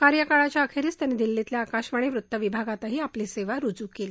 कार्यकाळाच्या अखेरीस त्यांनी दिल्लीतल्या आकाशवाणीच्या वृत्त विभागातही आपली सेवा रुजू केली